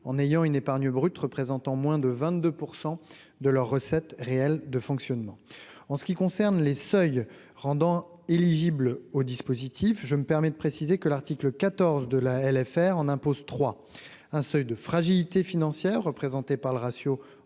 en ayant une épargne brute représentant moins de 22 % de leur recettes réelles de fonctionnement en ce qui concerne les seuils rendant éligible au dispositif, je me permet de préciser que l'article 14 de la LFR en impose 3 un seuil de fragilité financière représentée par le ratio